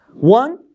One